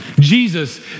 Jesus